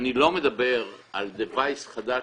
אני לא מדבר על device חדש